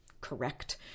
correct